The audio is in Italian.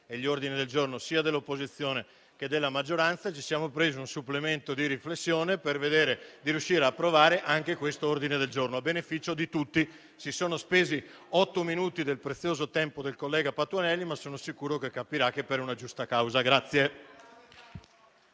e agli ordini del giorno sia dell'opposizione che della maggioranza, ci siamo presi un supplemento di riflessione per vedere di riuscire ad approvare anche l'ordine del giorno G2-*quater.*200, a beneficio di tutti. Si sono spesi otto minuti del prezioso tempo del collega Patuanelli, ma sono sicuro che capirà che è avvenuto per una giusta causa.